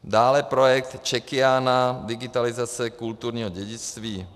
Dále projekt Czechiana, digitalizace kulturního dědictví.